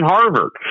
Harvard